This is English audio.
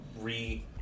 re-